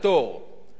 אתם מבינים את האבסורד?